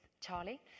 Charlie